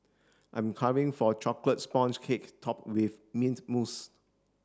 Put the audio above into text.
I am carving for a chocolate sponge cake top with mint mousse